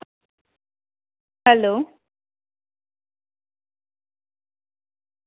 hello